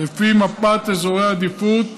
לפי מפת אזורי עדיפות